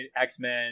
X-Men